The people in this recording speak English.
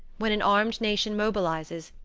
when an armed nation mobilizes,